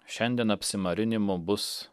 šiandien apsimarinimo bus